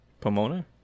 Pomona